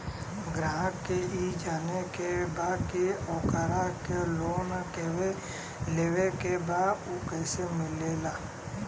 ग्राहक के ई जाने के बा की ओकरा के लोन लेवे के बा ऊ कैसे मिलेला?